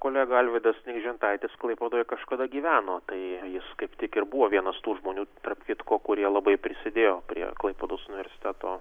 kolega alvydas nikžentaitis klaipėdoje kažkada gyveno tai jis kaip tik ir buvo vienas tų žmonių tarp kitko kurie labai prisidėjo prie klaipėdos universiteto